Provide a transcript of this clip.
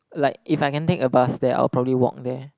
like if I can take a bus there I'll probably walk there